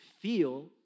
feel